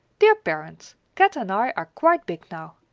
dear parent, kat and i are quite big now.